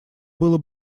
было